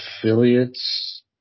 affiliates